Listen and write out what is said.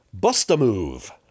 Bust-A-Move